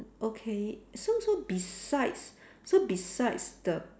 okay so so besides so besides the